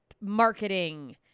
marketing